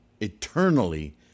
eternally